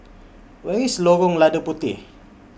Where IS Lorong Lada Puteh